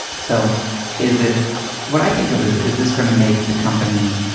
so is it what i think of is is this going to make the company